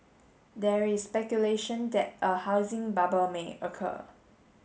there is speculation that a housing bubble may occur